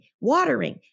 watering